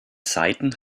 saiten